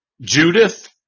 Judith